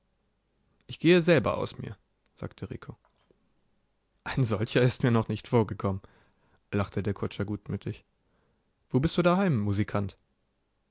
ich gehe selber aus mir sagte rico ein solcher ist mir noch nicht vorgekommen lachte der kutscher gutmütig wo bist du daheim musikant